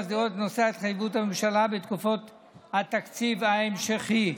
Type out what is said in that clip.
הוראות המסדירות את נושא התחייבויות הממשלה בתקופות תקציב המשכי,